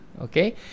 okay